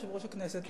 יושב-ראש הכנסת,